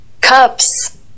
Cups